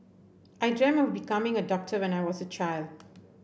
I dreamt of becoming a doctor when I was a child